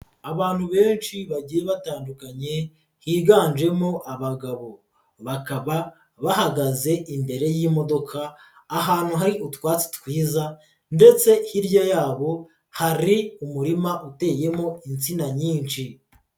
Abantu benshi bagiye batandukanye higanjemo abagabo bakaba bahagaze imbere y'imodoka ahantu hari utwatsi twiza ndetse hirya yabo hari umurima uteyemo insina nyinshi.